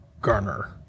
garner